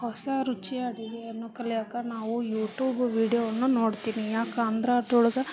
ಹೊಸ ರುಚಿ ಅಡುಗೆಯನ್ನು ಕಲಿಯೋಕೆ ನಾವು ಯೂಟೂಬ್ ವೀಡ್ಯೊವನ್ನು ನೋಡ್ತೀನಿ ಯಾಕೆ ಅಂದ್ರೆ ಅದ್ರೊಳ್ಗೆ